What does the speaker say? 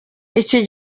iki